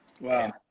wow